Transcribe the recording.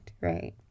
right